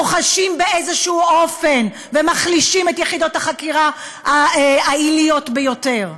בוחשים באיזשהו אופן ומחלישים את יחידות החקירה העיליות ביותר.